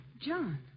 John